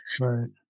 right